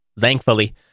thankfully